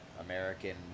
American